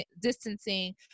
distancing